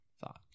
thought